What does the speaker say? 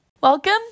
Welcome